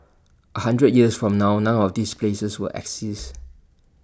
A hundred years from now none of these places will exist